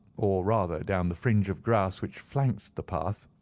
or rather down the fringe of grass which flanked the path,